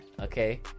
okay